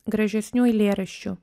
gražesnių eilėraščių